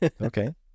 Okay